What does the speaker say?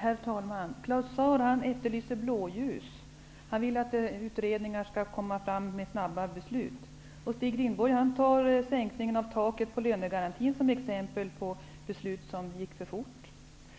Herr talman! Claus Zaar efterlyser blåljus. Han vill att utredningar skall medverka till snabba beslut. Stig Rindborg anför taket för lönegarantin som exempel på ett beslut där det gått för fort.